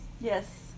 yes